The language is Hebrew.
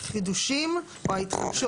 החידושים או ההתחדשות,